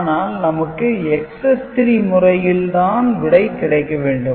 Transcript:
ஆனால் நமக்கு Excess - 3முறையில் தான் விடை கிடைக்க வேண்டும்